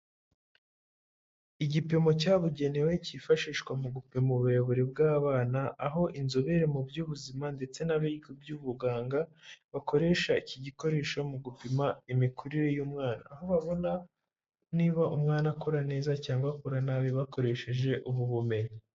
Igipimo cyabugenewe cyifashishwa mu gupima uburebure bw'abana, aho inzobere mu by'ubuzima ndetse n'abiga iby'ubuganga bakoresha iki gikoresho mu gupima imikurire y'umwana, aho babona niba umwana akura neza cyangwa akura nabi bakoresheje ubu bumenyi.